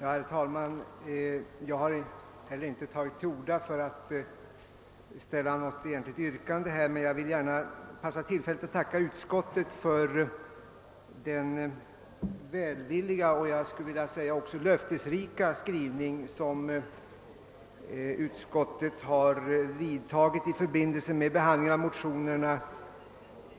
Herr talman! Jag har inte tagit till orda för att framställa något yrkande, men jag vill gärna passa på tillfället att tacka utskottet för den välvilliga och jag skulle vilja säga löftesrika skrivning: som utskottet gjort vid behandlingen av motionerna